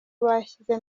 bashyize